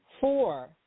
Four